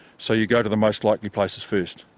so you go to the most likely places first.